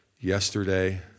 yesterday